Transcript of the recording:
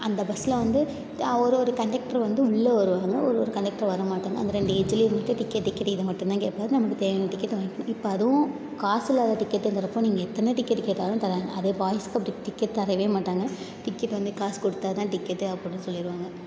அந்த பஸ்சில் வந்து ஒரு ஒரு கண்டெக்டர் வந்து உள்ளே வருவாங்க ஒரு ஒரு கண்டெக்டர் வர மாட்டாங்க அந்த டைமில் எட்ஜிலே நின்றுட்டு டிக்கெட் டிக்கெட் இதை மட்டும்தான் கேட்பாரு நமக்கு தேவையான டிக்கெட்டை வாங்கிக்கணும் இப்போ அதுவும் காசு இல்லாத டிக்கெட்டுங்கிறப்போ நீங்கள் எத்தனை டிக்கெட்டு கேட்டாலும் தராங்க அதே பாய்ஸ்க்கு அப்படி டிக்கெட் தரவே மாட்டாங்க டிக்கெட் வந்து காசு கொடுத்தா தான் டிக்கெட்டு அப்படின்னு சொல்லிடுவாங்க